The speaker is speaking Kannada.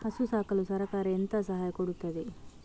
ಹಸು ಸಾಕಲು ಸರಕಾರ ಎಂತ ಸಹಾಯ ಕೊಡುತ್ತದೆ?